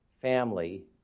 family